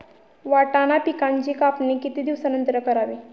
वाटाणा पिकांची कापणी किती दिवसानंतर करावी?